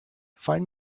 find